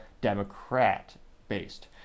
Democrat-based